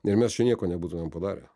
ir mes čia nieko nebūtumėm padarę